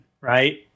Right